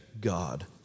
God